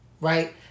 Right